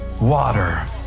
water